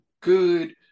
good